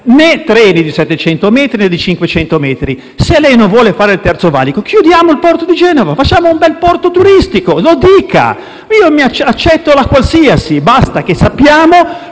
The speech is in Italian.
né treni di 700 metri, né di 500 metri. Se lei non vuole fare il Terzo valico, chiudiamo il porto di Genova e facciamo un bel porto turistico. Lo dica. Accetto la qualsiasi, basta che sappiamo